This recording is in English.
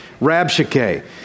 Rabshakeh